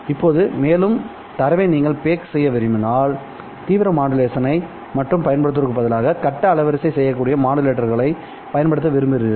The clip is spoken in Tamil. இப்போது மேலும் தரவை நீங்கள் பேக் செய்ய விரும்பினால் தீவிரம் மாடுலேஷனை மட்டும் பயன்படுத்துவதற்கு பதிலாக கட்ட அலைவரிசையைச் செய்யக்கூடிய மாடுலேட்டர்களைப் பயன்படுத்த விரும்புகிறீர்கள்